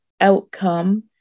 outcome